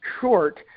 short